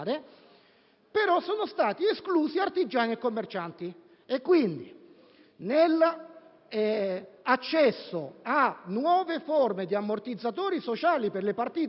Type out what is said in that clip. sono stati esclusi artigiani e commercianti. Quindi, nell'accesso a nuove forme di ammortizzatori sociali per le partite IVA,